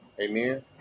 Amen